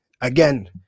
Again